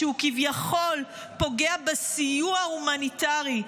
שהוא כביכול פוגע בסיוע ההומניטרי,